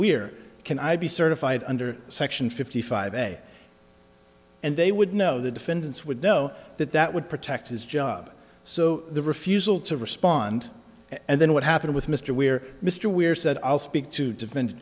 we're can i be certified under section fifty five day and they would know the defendants would know that that would protect his job so the refusal to respond and then what happened with mr weir mr weir said i'll speak to defend